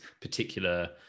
particular